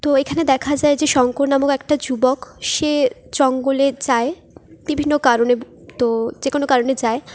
তো এখানে দেখা যায় যে শঙ্কর নামক একটা যুবক সে জঙ্গলে যায় বিভিন্ন কারণে তো যে কোনো কারণে যায়